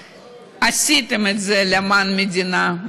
שעשיתם את זה למען המדינה,